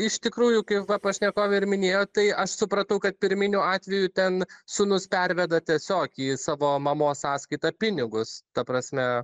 iš tikrųjų kai pašnekovė ir minėjo tai aš supratau kad pirminiu atveju ten sūnus perveda tiesiog į savo mamos sąskaitą pinigus ta prasme